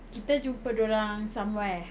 kita jumpa dia orang somewhere